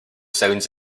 sounds